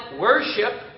worship